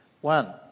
one